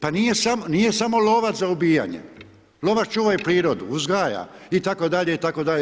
Pa nije samo lovac za ubijanje, lovac čuva i prirodu, uzgaja itd. itd.